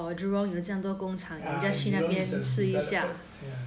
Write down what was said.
yeah jurong is a developer yeah